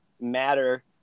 matter